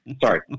Sorry